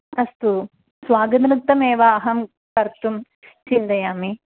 अस्तु स्वागतनृत्यमेव अहं कर्तुं चिन्तयामि